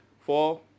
Four